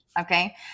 Okay